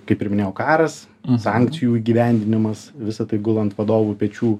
kaip ir minėjau karas sankcijų įgyvendinimas visa tai gula ant vadovų pečių